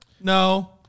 No